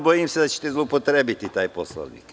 Bojim se da ćete zloupotrebiti taj Poslovnik.